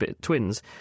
twins